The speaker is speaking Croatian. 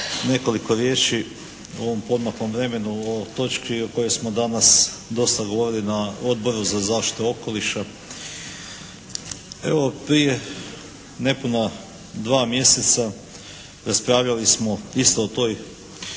nekoliko riječi u ovom poodmaklom vremenu o ovoj točki o kojoj smo danas dosta govorili na Odboru za zaštitu okoliša. Evo prije nepuna dva mjeseca raspravljali smo isto o toj